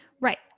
Right